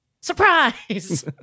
Surprise